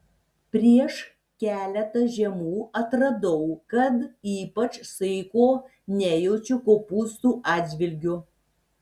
prieš keletą žiemų atradau kad ypač saiko nejaučiu kopūstų atžvilgiu